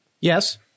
Yes